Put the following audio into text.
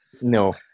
No